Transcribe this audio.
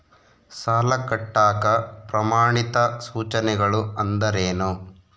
ಸಾಲ ಕಟ್ಟಾಕ ಪ್ರಮಾಣಿತ ಸೂಚನೆಗಳು ಅಂದರೇನು?